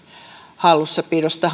hallussapidosta